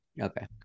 Okay